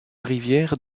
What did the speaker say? rivière